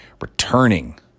returning